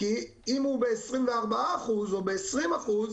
כי אם הוא ב-24% או ב-20%,